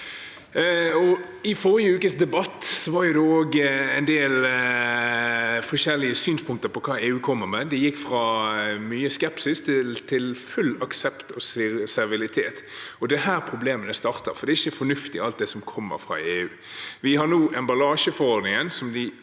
I forrige ukes debatt var det også en del forskjellige synspunkter på hva EU kommer med. Det gikk fra mye skepsis til full aksept og servilitet. Det er her problemene starter, for ikke alt som kommer fra EU, er fornuftig.